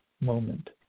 moment